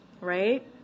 Right